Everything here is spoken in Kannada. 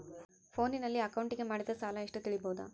ಫೋನಿನಲ್ಲಿ ಅಕೌಂಟಿಗೆ ಮಾಡಿದ ಸಾಲ ಎಷ್ಟು ತಿಳೇಬೋದ?